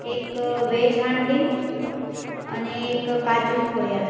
એક વેજ હાંડી અને એક કાજુ ખોયા